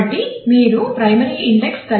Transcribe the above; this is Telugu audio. కాబట్టి మీరు ప్రైమరీ ఇండెక్స్